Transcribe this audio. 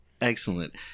Excellent